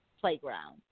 playground